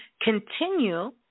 continue